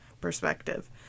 perspective